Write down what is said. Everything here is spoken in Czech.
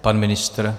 Pan ministr?